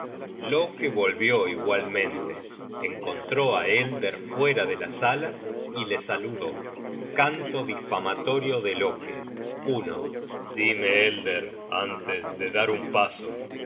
loke volvió igualmente encontró á elder fuera de la sala y le saludó canto difamatorio de loke dime elder antes de dar un paso